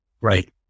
Right